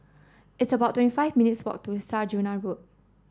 it's about twenty five minutes' walk to Saujana Road